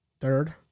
Third